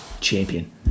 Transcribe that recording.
Champion